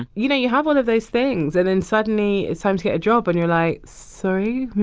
you know, you have all of those things. and then, suddenly, it's time to get a job. and you're like, sorry.